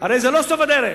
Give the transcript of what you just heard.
הרי זה לא סוף הדרך.